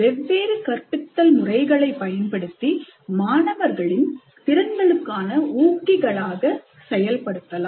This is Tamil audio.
வெவ்வேறு கற்பித்தல் முறையை முறைகளைப் பயன்படுத்தி மாணவர்களின் திறன்களுக்கான ஊக்கிகள் ஆக செயல்படுத்தலாம்